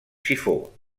sifó